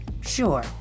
sure